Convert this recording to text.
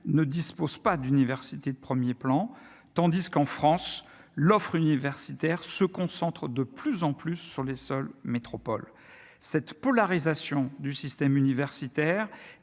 ne dispose pas d'université de 1er plan, tandis qu'en France l'offre universitaire se concentre de plus en plus sur les seules métropole cette polarisation du système universitaire